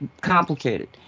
Complicated